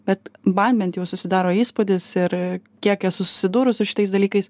bet man bent jau susidaro įspūdis ir kiek esu susidūrus su šitais dalykais